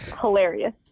Hilarious